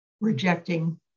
rejecting